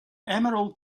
emerald